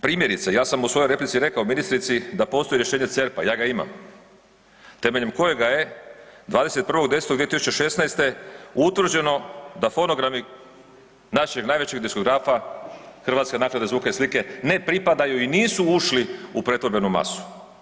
Primjerice ja sam u svojoj replici rekao ministrici da postoji rješenje ZERP-a, ja ga imam temeljem kojega je 21.10.2016. utvrđeno da fonogrami našeg najvećeg diskografa hrvatske naklade zvuka i slike ne pripadaju i nisu ušli u pretvorbenu masu.